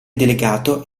delegato